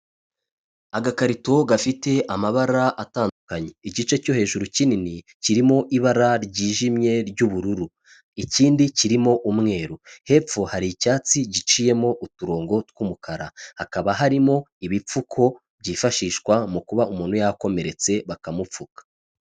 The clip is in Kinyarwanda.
Agakarito gafite amabara atandukanye, igice cyo hejuru kinini kirimo ibara ryijimye ry'ubururu. Ikindi kirimo umweru. Hepfo hari icyatsi giciyemo uturongo tw'umukara. Hakaba harimo ibipfuko byifashishwa, mu kuba umuntu yakomeretse bakamupfuka.